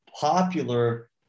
popular